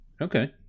Okay